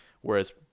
whereas